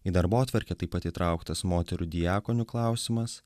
į darbotvarkę taip pat įtrauktas moterų diakonių klausimas